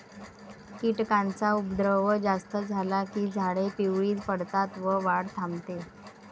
कीटकांचा उपद्रव जास्त झाला की झाडे पिवळी पडतात व वाढ थांबते